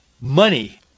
money